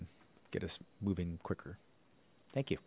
and get us moving quicker thank you